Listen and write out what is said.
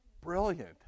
Brilliant